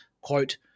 quote